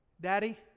Daddy